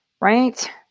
right